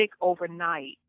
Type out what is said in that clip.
overnight